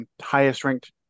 highest-ranked